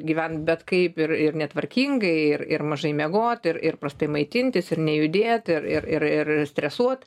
gyventi bet kaip ir ir netvarkingai ir ir mažai miegot ir ir prastai maitintis ir nejudėt ir ir ir ir stresuot